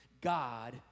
God